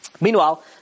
Meanwhile